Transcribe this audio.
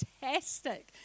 fantastic